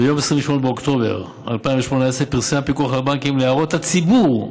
ביום 28 באוקטובר 2018 פרסם הפיקוח על הבנקים להערות הציבור,